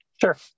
Sure